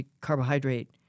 carbohydrate